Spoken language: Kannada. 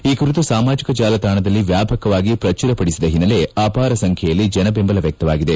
ಈ ಕುರಿತು ಸಾಮಾಜಿಕ ಜಾಲತಾಣದಲ್ಲಿ ವ್ಲಾಪಕವಾಗಿ ಪ್ರಚುರ ಪಡಿಸಿದ ಹಿನ್ನೆಲೆ ಅಪಾರ ಸಂಖ್ಯೆಯಲ್ಲಿ ಜನ ಬೆಂಬಲ ವ್ಲಕವಾಗಿದೆ